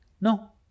No